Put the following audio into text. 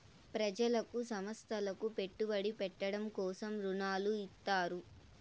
ప్రజలకు సంస్థలకు పెట్టుబడి పెట్టడం కోసం రుణాలు ఇత్తారు